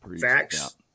facts